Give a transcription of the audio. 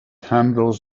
handles